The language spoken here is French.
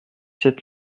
sept